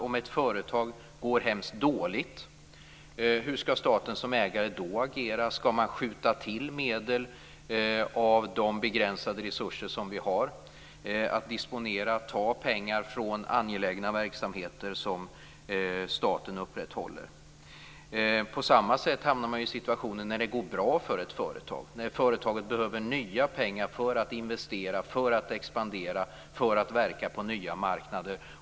Om ett företag går hemskt dåligt, hur skall staten som ägare då agera? Skall man skjuta till medel av de begränsade resurser vi har att disponera? Skall man ta pengar från angelägna verksamheter som staten upprätthåller? På samma sätt blir det i en situation när det går bra för ett företag, när företaget behöver nya pengar för att investera, för att expandera, för att verka på nya marknader.